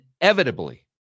inevitably